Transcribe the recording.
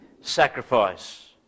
sacrifice